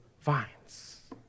vines